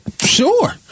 sure